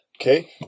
Okay